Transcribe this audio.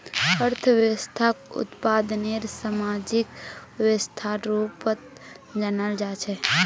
अर्थव्यवस्थाक उत्पादनेर सामाजिक व्यवस्थार रूपत जानाल जा छेक